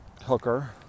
hooker